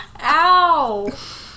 Ow